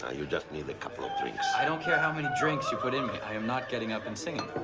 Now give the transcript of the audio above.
ah you just need a couple of drinks. i don't care how many drinks you put in me, i am not getting up and singing.